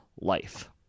life